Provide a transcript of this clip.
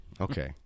Okay